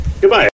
Goodbye